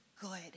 good